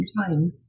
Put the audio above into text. time